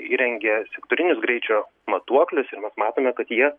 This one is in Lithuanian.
įrengė sektorinius greičio matuoklius ir mes matome kad jie